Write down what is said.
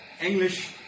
English